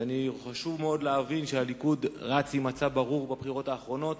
חשוב מאוד להבין שהליכוד רץ עם מצע ברור בבחירות האחרונות.